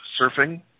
surfing